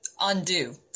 Undo